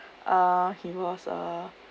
uh he was a